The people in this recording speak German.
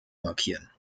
markieren